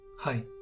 Hi